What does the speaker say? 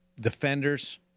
defenders